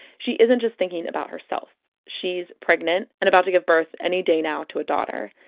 she isn't just thinking about herself. she's pregnant, and about to give birth any day now to a daughter,